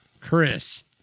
Chris